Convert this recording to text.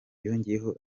yongeyeho